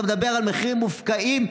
אתה מדבר על מחירים מופקעים,